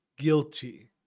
guilty